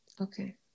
Okay